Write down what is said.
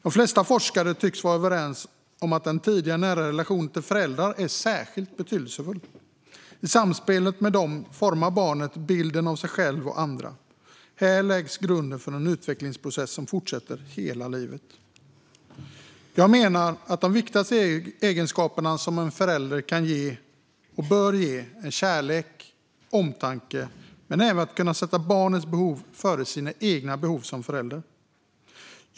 De flesta forskare tycks vara överens om att den tidiga nära relationen till föräldrarna är särskilt betydelsefull. I samspelet med dem formar barnet bilden av sig själv och andra. Här läggs grunden för en utvecklingsprocess som fortsätter hela livet. Jag menar att de viktigaste egenskaperna som en förälder kan och bör ha är att ge kärlek och omtanke men även att kunna sätta barnets behov före sina egna behov.